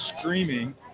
screaming